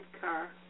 car